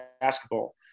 basketball